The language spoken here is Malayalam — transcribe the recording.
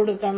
കൊടുക്കണം